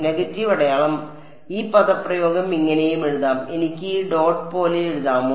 negative അടയാളം അതിനാൽ ഈ പദപ്രയോഗം ഇങ്ങനെയും എഴുതാം എനിക്ക് ഈ ഡോട്ട് പോലെ എഴുതാമോ